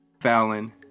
Fallon